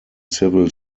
civil